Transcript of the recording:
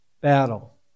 battle